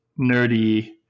nerdy